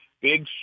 Big